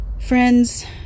Friends